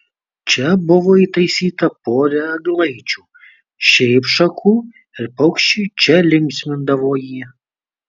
čia buvo įtaisyta pora eglaičių šiaip šakų ir paukščiai čia linksmindavo jį